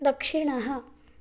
दक्षिणः